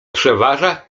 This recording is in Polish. przeważa